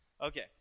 Okay